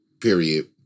Period